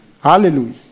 Hallelujah